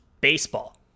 baseball